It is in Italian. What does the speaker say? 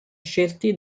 scelti